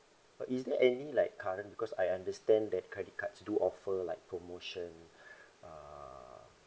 but is there any like current because I understand that credit cards do offer like promotion uh